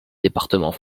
département